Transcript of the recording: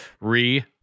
Re